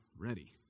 ready